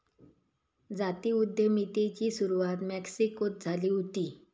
जाती उद्यमितेची सुरवात मेक्सिकोत झाली हुती